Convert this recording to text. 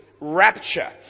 Rapture